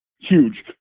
Huge